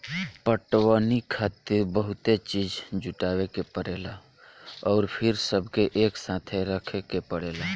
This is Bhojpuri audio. पटवनी खातिर बहुते चीज़ जुटावे के परेला अउर फिर सबके एकसाथे रखे के पड़ेला